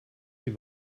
die